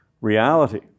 reality